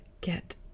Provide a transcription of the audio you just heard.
get